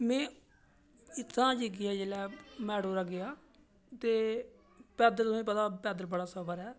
में इत्थूं दा गेआ जेल्लै मेटाडोरा गेआ ते पैदल तुसेंगी पता पैदल बड़ा सफर ऐ